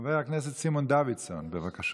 חבר הכנסת סימון דוידסון, בבקשה.